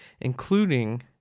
including